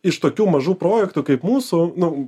iš tokių mažų projektų kaip mūsų nu